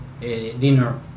dinner